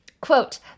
Quote